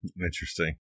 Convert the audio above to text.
Interesting